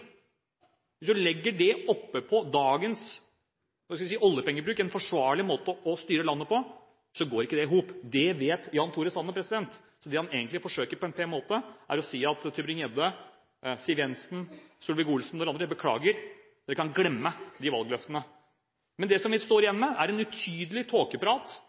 så legger det oppå dagens oljepengebruk, en forsvarlig måte å styre landet på, går ikke det i hop. Det vet Jan Tore Sanner. Så det han egentlig forsøker å si på en pen måte, til Tybring-Gjedde, Siv Jensen, Solvik-Olsen, er: Beklager, dere kan glemme de valgløftene. Men det vi står igjen med, er utydelig tåkeprat